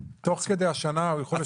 תוך כדי השנה הוא יכול לשנות את הסטטוס שלו.